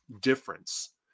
difference